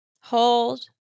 hold